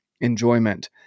enjoyment